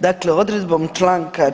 Dakle odredbom čl.